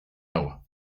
agua